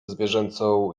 zwierzęcą